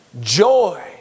Joy